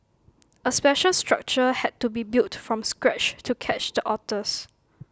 A special structure had to be built from scratch to catch the otters